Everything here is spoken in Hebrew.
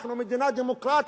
אנחנו מדינה דמוקרטית,